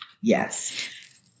Yes